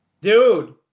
Dude